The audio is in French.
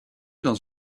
dans